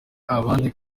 abandi